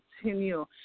continue